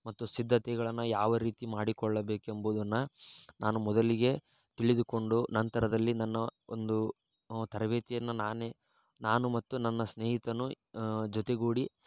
ಮತ್ತು ಸಿದ್ಧತೆಗಳನ್ನು ಯಾವ ರೀತಿ ಮಾಡಿಕೊಳ್ಳಬೇಕೆಂಬುದನ್ನು ನಾನು ಮೊದಲಿಗೆ ತಿಳಿದುಕೊಂಡು ನಂತರದಲ್ಲಿ ನನ್ನ ಒಂದು ತರಬೇತಿಯನ್ನು ನಾನೇ ನಾನು ಮತ್ತು ನನ್ನ ಸ್ನೇಹಿತನು ಜೊತೆಗೂಡಿ